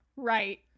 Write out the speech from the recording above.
Right